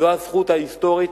זו הזכות ההיסטורית,